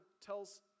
tells